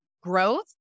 growth